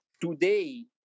Today